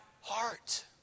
heart